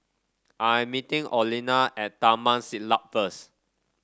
I am meeting Olena at Taman Siglap first